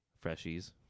freshies